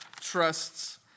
trusts